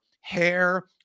hair